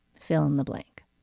fill-in-the-blank